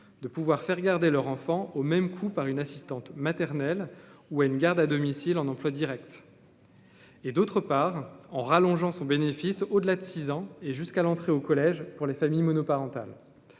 de pouvoir faire garder leur enfant au même coût par une assistante maternelle ou une garde à domicile en emplois Directs. Et d'autre part, en rallongeant son bénéfice au-delà de 6 ans et jusqu'à l'entrée au collège pour les familles monoparentales,